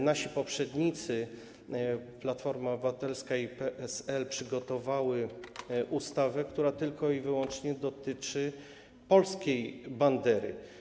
Nasi poprzednicy, Platforma Obywatelska i PSL, przygotowali ustawę, która tylko i wyłącznie dotyczy polskiej bandery.